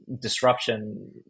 disruption